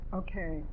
okay